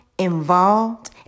involved